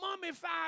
mummified